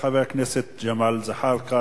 תודה לחבר הכנסת ג'מאל זחאלקה.